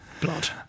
Blood